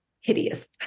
hideous